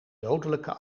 dodelijke